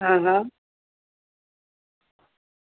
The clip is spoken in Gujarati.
હા હા